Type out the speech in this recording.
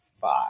five